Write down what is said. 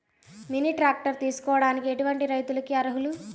Mini tractor తీసుకోవడానికి ఎటువంటి రైతులకి అర్హులు?